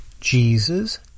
Jesus